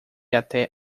até